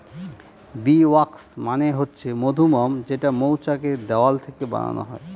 bee wax মানে হচ্ছে মধুমোম যেটা মৌচাক এর দেওয়াল থেকে বানানো হয়